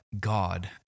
God